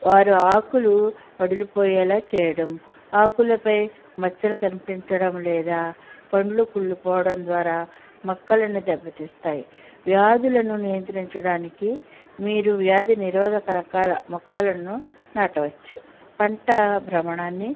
వారు ఆకులు వదిలిపోయేలా చేయడం ఆకులపై మచ్చలు కనిపించడం లేదా పండ్లు కుళ్ళిపోవడం ద్వారా మొక్కలను దెబ్బతీస్తాయి వ్యాధులను నియంత్రించడానికి మీరు వ్యాధి నిరోధక రకాల మొక్కలను నాటవచ్చు పంట భ్రమణాన్ని